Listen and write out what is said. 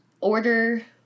Order